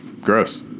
gross